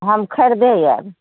हम खरीदै आयब